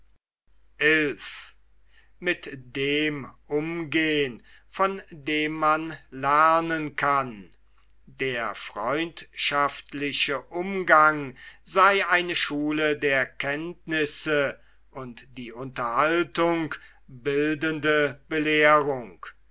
der freundschaftliche umgang sei eine schule der kenntnisse und die unterhaltung bildende belehrung